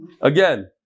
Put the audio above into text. Again